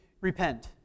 repent